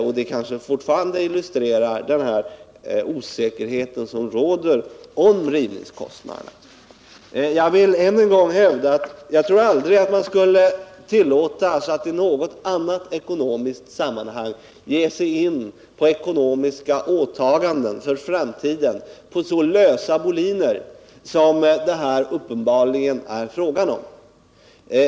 Detta kanske fortfarande kan illustrera den osäkerhet som råder om rivningskostnaderna. Jag vill än en gång hävda att man inte i något annat ekonomiskt sammanhang skulle tillåta sig att ge sig in på ekonomiska åtaganden för framtiden på så lösa grunder som det uppenbarligen är fråga om i detta fall.